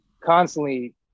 constantly